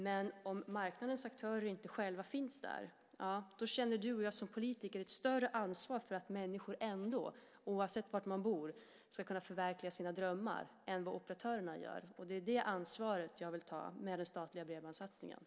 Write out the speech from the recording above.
Men om marknadens aktörer inte själva finns där så känner du och jag som politiker ett större ansvar än vad operatörerna gör för att människor ändå, oavsett var de bor, ska kunna förverkliga sina drömmar. Det är det ansvaret som jag vill ta när det gäller statliga bredbandssatsningar.